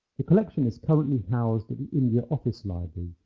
the collection is currently housed at the india office library,